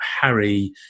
harry